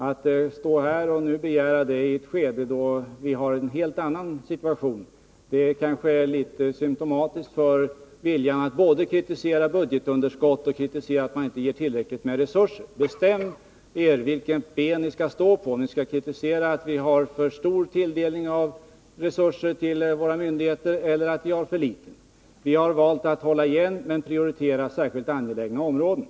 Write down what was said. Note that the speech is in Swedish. Att begära detta i ett skede då vi har en helt annan situation är kanske litet symtomatiskt för viljan att kritisera både att vi har ett för stort budgetunderskott och att vi inte ger tillräckliga resurser. Bestäm er för vilket ben ni skall stå på, om ni skall kritisera att vi har för stor eller för liten tilldelning av resurser till våra myndigheter! Vi har valt att hålla igen men att prioritera särskilt angelägna områden.